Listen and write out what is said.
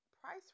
price